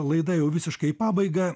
laida jau visiškai į pabaigą